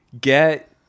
get